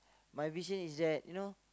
my vision is that you know